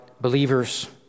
believers